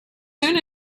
soon